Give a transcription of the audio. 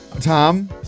Tom